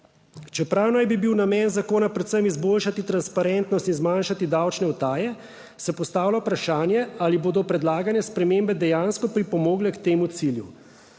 Čeprav naj bi bil namen zakona predvsem izboljšati transparentnost in zmanjšati davčne utaje, se postavlja vprašanje, ali bodo predlagane spremembe dejansko pripomogle k temu cilju.